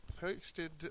posted